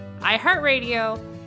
iHeartRadio